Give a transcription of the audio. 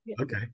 Okay